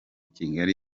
kigali